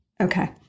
Okay